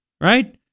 Right